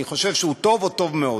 אני חושב שהוא טוב, והוא טוב מאוד.